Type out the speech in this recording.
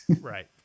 Right